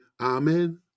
Amen